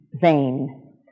vain